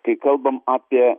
kai kalbam apie